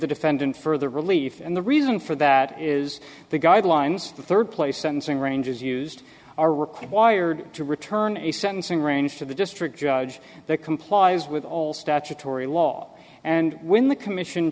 the defendant further relief and the reason for that is the guidelines the third place sentencing ranges used are required to return a sentencing range to the district judge that complies with all statutory law and when the commission